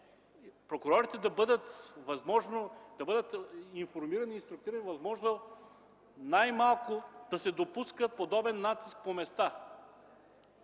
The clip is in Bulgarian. прокурорите да бъдат информирани, инструктирани, възможно най-малко да се допуска подобен натиск по места.